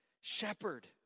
shepherd